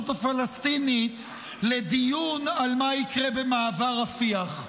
הפלסטינית לדיון על מה שיקרה במעבר רפיח.